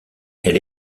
elle